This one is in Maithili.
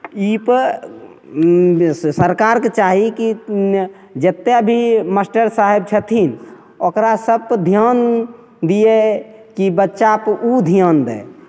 ई पर सरकारके चाही कि जतेक भी मास्टर साहेब छथिन ओकरा सभपर धिआन दिए कि बच्चापर ओ धिआन दै